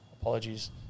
apologies